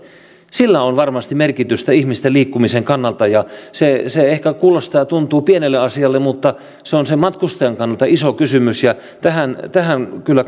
sillä on varmasti merkitystä ihmisten liikkumisen kannalta se se ehkä kuulostaa ja tuntuu pieneltä asialta mutta se on sen matkustajan kannalta iso kysymys ja tähän tähän kyllä